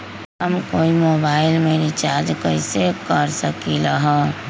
हम कोई मोबाईल में रिचार्ज कईसे कर सकली ह?